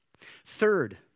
Third